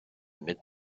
mid